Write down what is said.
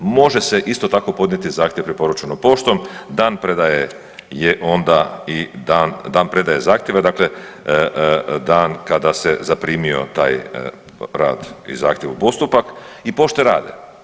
Može se isto tako podnijeti zahtjev preporučeno poštom, dan predaje je onda i dan predaje zahtjeva, dakle, dan kada se zaprimio taj rad i zahtjev u postupak i pošte rade.